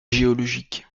géologique